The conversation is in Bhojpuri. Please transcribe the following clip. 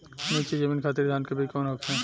नीची जमीन खातिर धान के बीज कौन होखे?